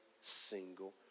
single